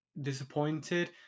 disappointed